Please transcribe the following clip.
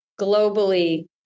globally